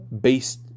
based